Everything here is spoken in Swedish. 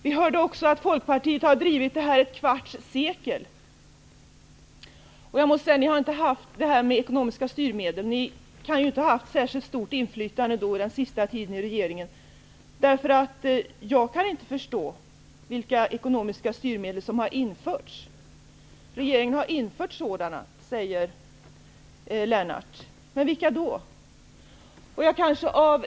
Vi hörde också att Folkpartiet har drivit frågan om ekonomiska styrmedel i ett kvarts sekel. Ni kan ju inte ha haft särskilt stort inflytande under den senaste tiden i regeringen. Jag kan inte förstå vilka ekonomiska styrmedel som har införts. Regeringen har infört sådana, säger Lennart Fremling. Vilka då?